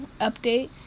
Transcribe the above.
update